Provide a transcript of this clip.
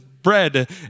Bread